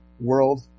world